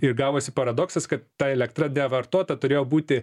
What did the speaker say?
ir gavosi paradoksas kad ta elektra nevartota turėjo būti